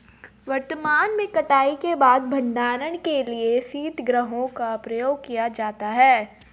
वर्तमान में कटाई के बाद भंडारण के लिए शीतगृहों का प्रयोग किया जाता है